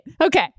Okay